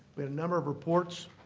we had a number of reports.